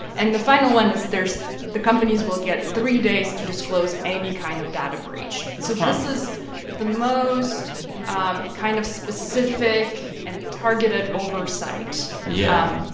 and the final one is there's the companies will get three days to disclose any kind of data breach. so this is the most um kind of specific and targeted oversight. yeah.